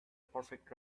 perfect